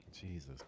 Jesus